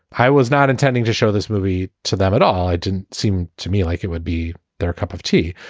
i was not intending to show this movie to them at all. i didn't seem to me like it would be their cup of tea.